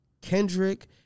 Kendrick